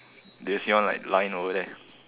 do you see one like line over there